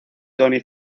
tony